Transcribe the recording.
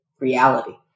reality